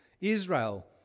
Israel